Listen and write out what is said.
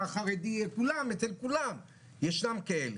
החרדי אצל כולם ישנם כאלה.